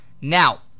Now